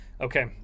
Okay